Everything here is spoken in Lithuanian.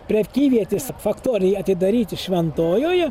prekyvietės faktoriją atidaryti šventojoje